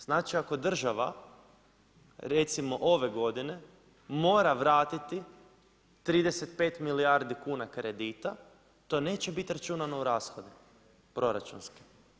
Znači, ako država recimo ove godine mora vratiti 35 milijardi kuna kredita to neće bit računano u rashode proračunske.